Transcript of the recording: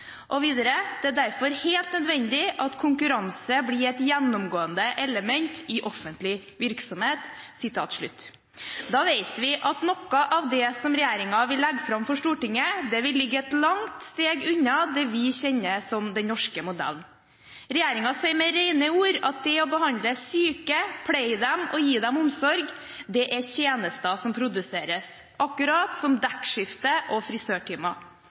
Videre står det: «Det er derfor helt nødvendig at konkurranse blir et gjennomgående element i offentlig virksomhet.» Da vet vi at noe av det regjeringen vil legge fram for Stortinget, vil ligge et langt steg unna det vi kjenner som den norske modellen. Regjeringen sier med rene ord at det å behandle, pleie og gi omsorg til syke er tjenester som produseres – akkurat som dekkskifte og